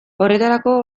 horretarako